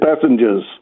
passengers